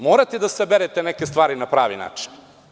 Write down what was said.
Morate da saberete neke stvari na pravi način.